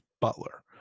Butler